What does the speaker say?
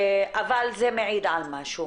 אבל זה מעיד על משהו